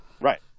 Right